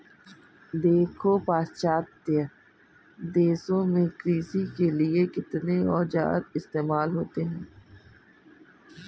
देखो पाश्चात्य देशों में कृषि के लिए कितने औजार इस्तेमाल होते हैं